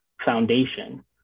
foundation